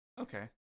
Okay